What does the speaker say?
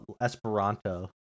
esperanto